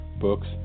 Books